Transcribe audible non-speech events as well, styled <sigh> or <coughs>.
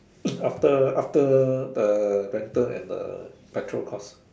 <coughs> after after the rental and the petrol costs